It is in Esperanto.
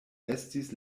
estis